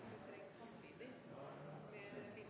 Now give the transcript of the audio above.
Det trenger